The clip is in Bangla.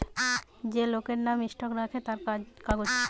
যে লোকের নাম স্টক রাখে তার কাগজ